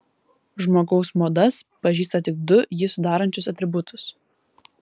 žmogaus modas pažįsta tik du jį sudarančius atributus